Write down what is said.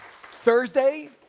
Thursday